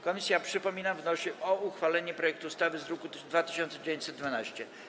Komisja, przypominam, wnosi o uchwalenie projektu ustawy z druku nr 2912.